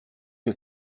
que